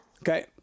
okay